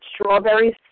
strawberries